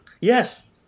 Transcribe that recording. Yes